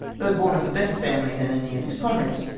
though born of a better family than any of his comrades,